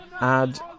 add